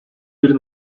bir